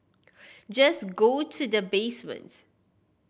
just go to the basement